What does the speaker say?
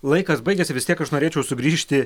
laikas baigiasi vis tiek aš norėčiau sugrįžti